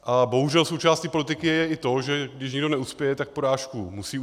A bohužel součástí politiky je i to, že když někdo neuspěje, tak porážku musí uznat.